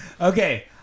Okay